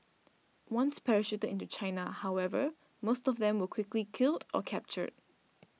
once parachuted into China however most of them were quickly killed or captured